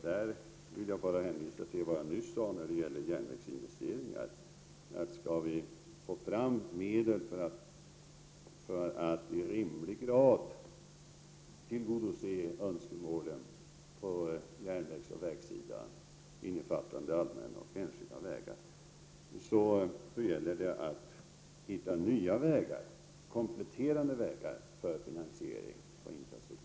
Här vill jag bara hänvisa till vad jag nyss sade när det gäller järnvägsinvesteringar. Skall vi få fram medel för att i rimlig grad tillgodose önskemålen på järnvägsoch vägsidan, innefattande allmänna och enskilda vägar, gäller det att hitta nya och kompletterande sätt för finansieringen.